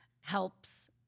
helps